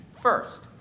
First